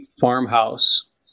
farmhouse